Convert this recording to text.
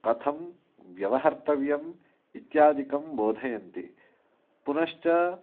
कथं व्यवहर्तव्यम् इत्यादिकं बोधयन्ति पुनश्च